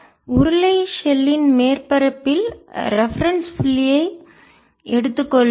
உருளை ஷெல்லின் மேற்பரப்பில் ரெபெரென்ஸ் குறிப்பு புள்ளியை எடுத்துக்கொள்வேன்